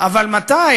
אבל מתי?